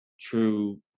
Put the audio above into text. true